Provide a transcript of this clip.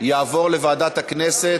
יעבור לוועדת הכנסת,